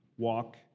walk